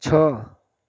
છ